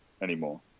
anymore